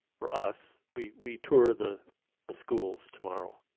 for us, we we tour the the schools tomorrow.